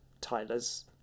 Tyler's